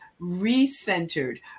recentered